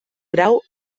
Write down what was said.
grau